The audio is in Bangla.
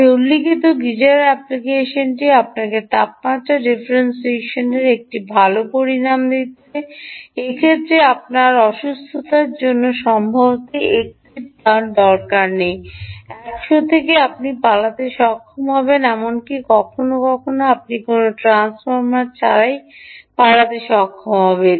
আমি উল্লিখিত গিজার অ্যাপ্লিকেশনটি আপনাকে তাপমাত্রা ডিফারেনশনের একটি ভাল পরিমাণ দিচ্ছে এক্ষেত্রে আপনার অসুস্থতার জন্য সম্ভবত 1 টির দরকার নেই 100 থেকে আপনি পালাতে সক্ষম হবেন এমনকি কখনও কখনও আপনি কোনও ট্রান্সফর্মার ছাড়াই পালাতে সক্ষম হতে পারেন